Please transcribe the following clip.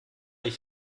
ich